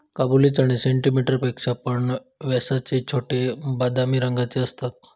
काबुली चणे सेंटीमीटर पेक्षा पण व्यासाचे छोटे, बदामी रंगाचे असतत